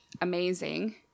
amazing